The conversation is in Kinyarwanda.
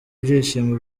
ibyishimo